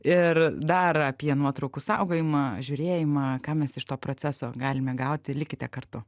ir dar apie nuotraukų saugojimą žiūrėjimą ką mes iš to proceso galime gauti likite kartu